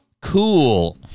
Cool